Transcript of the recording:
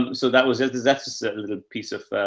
so that was is, that's a little piece of,